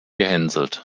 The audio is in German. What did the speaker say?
gehänselt